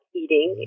eating